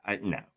No